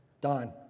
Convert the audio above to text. Don